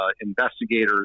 investigators